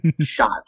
shot